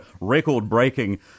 record-breaking